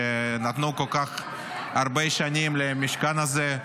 שנתנו כל כך הרבה שנים למשכן הזה,